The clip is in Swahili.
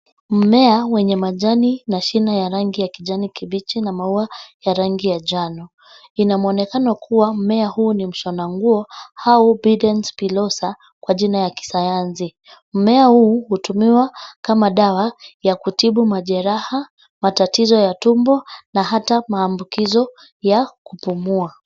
Mmea wenye majani na shina ya rangi ya kijani kibichi na maua ya rangi ya njano. Ina mwonekano kuwa mmea huu ni mshona nguo au biden pilosa kwa jina ya kisayansi. Mmea huu hutumiwa kama dawa ya kutibu majeraha, matatizo ya tumbo na hata maambukizo ya kupumua.